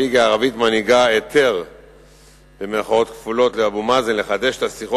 (ש"ס): נסים זאב (ש"ס):